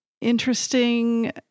interesting